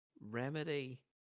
Remedy